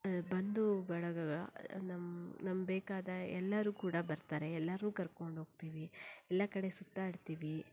ಬಂಧು ಬಳಗಗಳ ನಮ್ಮ ನಮ್ಗೆ ಬೇಕಾದ ಎಲ್ಲರೂ ಕೂಡ ಬರ್ತಾರೆ ಎಲ್ಲರನ್ನೂ ಕರ್ಕೊಂಡು ಹೋಗ್ತೀವಿ ಎಲ್ಲ ಕಡೆ ಸುತ್ತಾಡ್ತೀವಿ